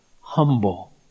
humble